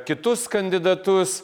kitus kandidatus